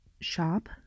shop